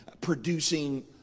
producing